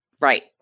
Right